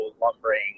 lumbering